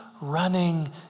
Running